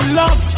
love